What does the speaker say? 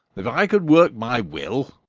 if i could work my will,